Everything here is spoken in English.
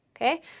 Okay